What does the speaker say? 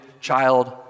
child